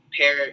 pair